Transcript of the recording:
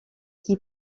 qui